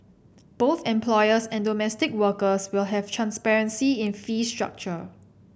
both employers and domestic workers will have transparency in fee structure